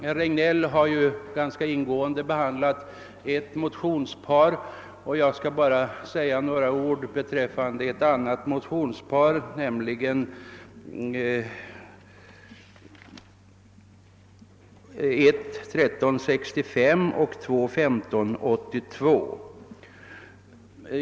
Herr Regnéll har ju ganska ingående behandlat ett motionspar, och jag skall bara säga några ord beträffande ett annat motionspar nämligen 1:1365 och 11:1582.